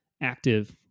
active